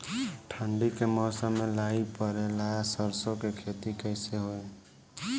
ठंडी के मौसम में लाई पड़े ला सरसो के खेती कइसे होई?